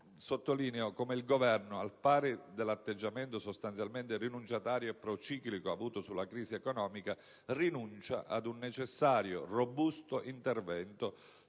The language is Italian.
sottolineo come il Governo, al pari dell'atteggiamento sostanzialmente rinunciatario e prociclico avuto sulla crisi economica, rinuncia ad un necessario, robusto intervento